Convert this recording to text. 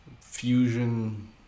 fusion